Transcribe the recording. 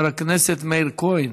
חבר הכנסת מאיר כהן,